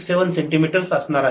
67 centimetres असणार आहे